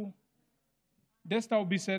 דסטאו ביסט,